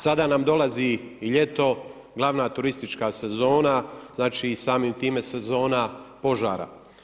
Sada nam dolazi i ljeto, glavna turistička sezona, znači i samim time sezona požara.